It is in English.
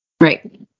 right